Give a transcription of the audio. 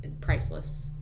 priceless